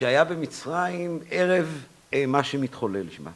‫שהיה במצרים ערב ‫מה שמתחולל, נשמע.